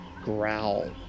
growl